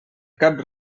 cap